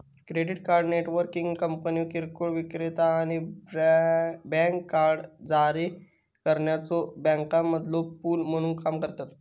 credit card networking कंपन्यो किरकोळ विक्रेता आणि बँक कार्ड जारी करणाऱ्यो बँकांमधलो पूल म्हणून काम करतत